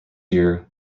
year